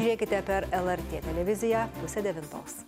žiūrėkite per lrt televiziją pusę devintos